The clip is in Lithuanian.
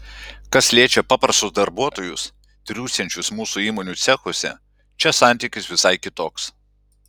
kas liečia paprastus darbuotojus triūsiančius mūsų įmonių cechuose čia santykis visai kitoks